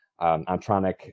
Antronic